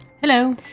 Hello